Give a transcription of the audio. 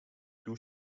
two